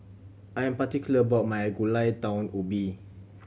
I am particular about my Gulai Daun Ubi